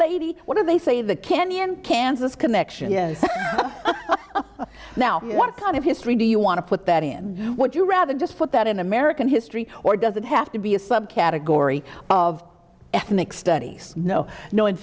lady what do they say the canyon kansas connection is now what kind of history do you want to put that in what you rather just put that in american history or does it have to be a subcategory of ethnic studies no no in